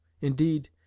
indeed